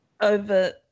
over